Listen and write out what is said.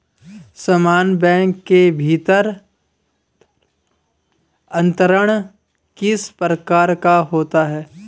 समान बैंक के भीतर अंतरण किस प्रकार का होता है?